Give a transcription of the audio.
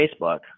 Facebook